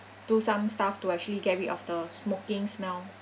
do some stuff to actually get rid of the smoking smell